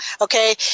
Okay